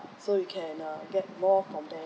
so you can uh get more from there